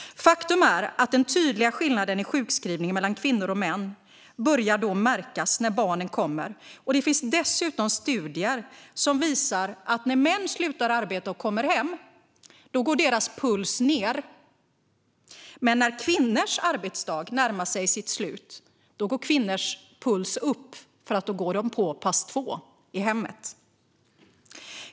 Faktum är att den tydliga skillnaden i sjukskrivning mellan kvinnor och män börjar märkas när barnen kommer. Det finns dessutom studier som visar att när män slutar arbetet och kommer hem går deras puls ned. Men när kvinnors arbetsdag närmar sig sitt slut går deras puls upp, för då går de på pass två - i hemmet.